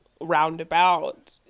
roundabout